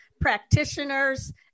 practitioners